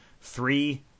three